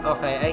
Okay